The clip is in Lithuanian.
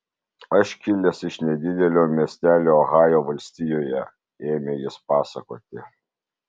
aš kilęs iš nedidelio miestelio ohajo valstijoje ėmė jis pasakoti